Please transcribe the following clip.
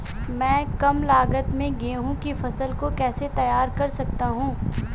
मैं कम लागत में गेहूँ की फसल को कैसे तैयार कर सकता हूँ?